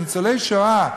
ניצולי שואה,